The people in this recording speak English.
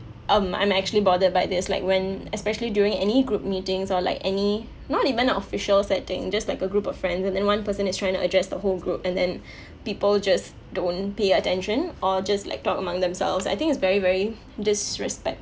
um I'm actually bothered by this like when especially during any group meetings or like any not even an official setting just like a group of friend and then one person is trying to address the whole group and then people just don't pay attention or just like talk among themselves I think it's very very disrespect